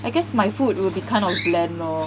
I guess my food will be kind of bland lor